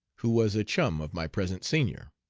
who was a chum of my present senior.